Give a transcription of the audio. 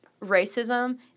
racism